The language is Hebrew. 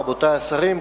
רבותי השרים,